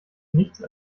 nichts